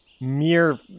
mere